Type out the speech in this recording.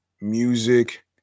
music